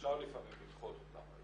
אפשר לפעמים לדחות אותם.